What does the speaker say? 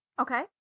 okay